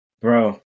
Bro